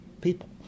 people